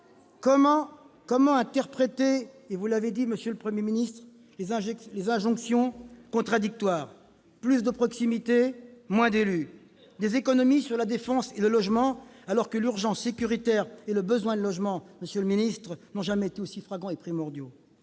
comment interpréter- vous l'avez dit, monsieur le Premier ministre -des injonctions contradictoires ? Plus de proximité, et moins d'élus ; des économies sur la défense et le logement, alors que l'urgence sécuritaire et le besoin de logements n'ont jamais été aussi flagrants et primordiaux.